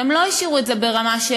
והם לא השאירו את זה ברמה של